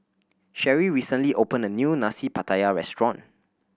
Cheri recently opened a new Nasi Pattaya restaurant